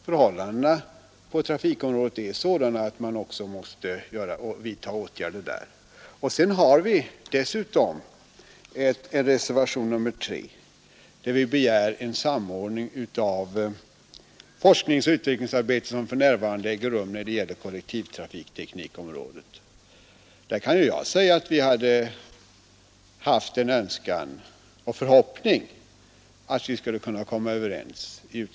Förhållandena på trafikområdet är nämligen sådana att man måste vidta åtgärder utan dröjsmål. Dessutom har vi avgivit en reservation, nr3, där vi begär en samordning av det forskningsoch utvecklingsarbete som för närvarande äger rum på kollektivtrafikteknikens område. Jag kan säga att på den punkten hade vi en önskan och en förhoppning om att alla utskottets ledamöter skulle kunna komma överens.